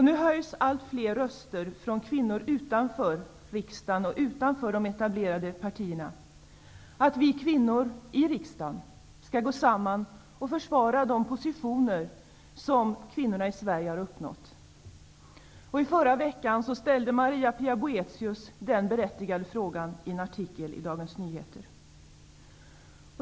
Nu höjs allt fler röster från kvinnor utanför riksdagen och utanför de etablerade partierna för att vi kvinnor i riksdagen skall gå samman och försvara de positioner som kvinnorna i Sverige har uppnått. I förra veckan ställde Maria-Pia Boethius en berättigad fråga om det i en artikel i Dagens Nyheter.